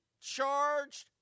charged